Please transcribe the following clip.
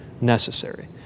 necessary